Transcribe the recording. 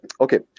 okay